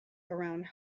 around